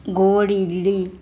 गोड इडली